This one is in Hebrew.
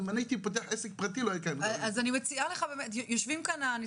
גם אם אני הייתי פותח פרטי לא הייתי --- יושבים פה הנציגים,